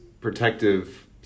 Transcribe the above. protective